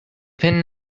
pin